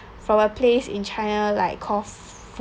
from a place in china like called